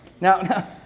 Now